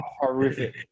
horrific